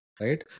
right